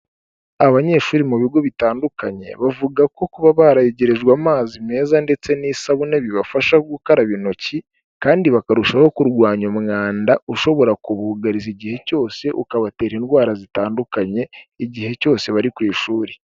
abanyeshuri mu bigo bitandukanye bavuga ko kuba bararegerejwe amazi meza ndetse n'isabune bibafasha gukaraba intoki, kandi bakarushaho kurwanya umwanda ushobora kubugariza igihe cyose ukabatera indwara zitandukanye igihe cyose bari ku ishuri.